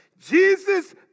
Jesus